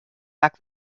back